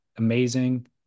Amazing